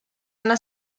una